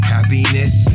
Happiness